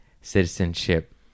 citizenship